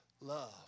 love